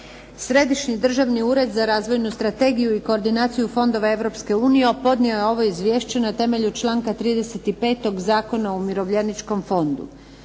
Središnji državni ured za razvojnu strategiju i koordinaciju fondova Europske unije podnio je ovo izvješće na temelju članka 35. Zakona o umirovljeničkom fondu.